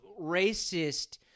racist